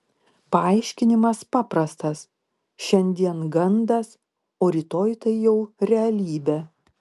paaiškinimas paprastas šiandien gandas o rytoj tai jau realybė